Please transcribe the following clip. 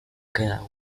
queda